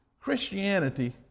Christianity